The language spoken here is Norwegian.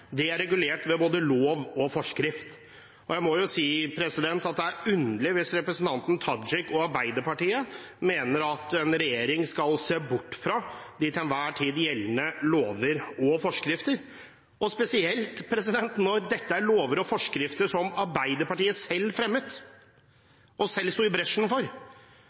Det er regulert ved både lov og forskrift. Jeg må si at det er underlig hvis representanten Tajik og Arbeiderpartiet mener at en regjering skal se bort fra de til enhver tid gjeldende lover og forskrifter, spesielt når dette er lover og forskrifter som Arbeiderpartiet selv fremmet, selv sto i bresjen for,